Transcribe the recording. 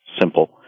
simple